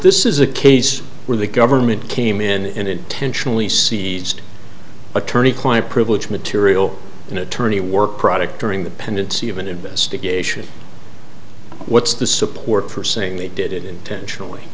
this is a case where the government came in and intentionally seized attorney client privilege material in attorney work product during the pendency of an investigation what's the support for saying they did it intentionally